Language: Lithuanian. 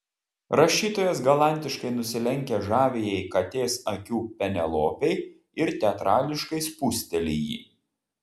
rašytojas galantiškai nusilenkia žaviajai katės akių penelopei ir teatrališkai spusteli jį